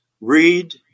read